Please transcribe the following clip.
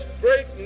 great